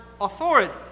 authority